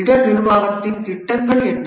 இடர் நிர்வாகத்தின் திட்டங்கள் என்ன